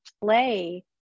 play